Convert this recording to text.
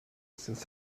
since